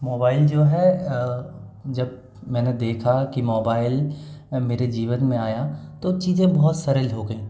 mobile जो है जब मैंने देखा कि मोबाइल मेरे जीवन में आया तो चीज़ें बहुत सरल हो गई